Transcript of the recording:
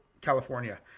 California